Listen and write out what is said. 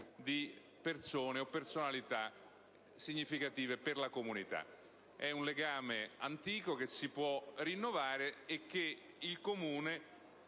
o memoria di personalità significative per la comunità. Si tratta di un legame antico che si può rinnovare e che il Comune